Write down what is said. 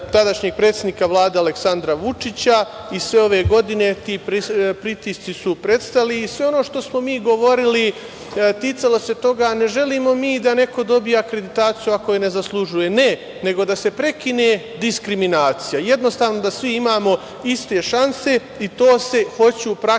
tadašnjeg predsednika Vlade Aleksandra Vučića i sve ove godine ti pritisci su prestali i sve ono što smo mi govorili ticalo se toga, a ne želimo mi da neko dobija akreditaciju ako je ne zaslužuje. Ne, nego da se prekine diskriminacija. Jednostavno, da svi imamo iste šanse. To se u praksi